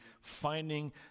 finding